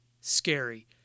scary